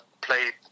played